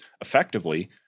effectively